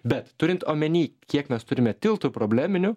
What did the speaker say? bet turint omeny kiek mes turime tiltų probleminių